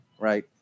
right